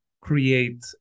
create